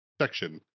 section